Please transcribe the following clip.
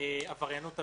עבריינות הביצים.